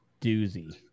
doozy